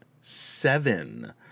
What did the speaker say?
seven